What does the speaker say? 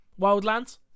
Wildlands